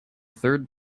third